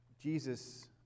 Jesus